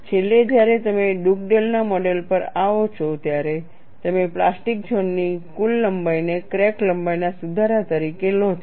છેલ્લે જ્યારે તમે ડુગડેલના મોડેલ Dugdale's model પર આવો છો ત્યારે તમે પ્લાસ્ટિક ઝોન ની કુલ લંબાઈને ક્રેક લંબાઈના સુધારા તરીકે લો છો